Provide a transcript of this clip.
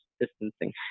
distancing